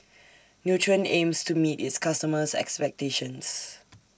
Nutren aims to meet its customers' expectations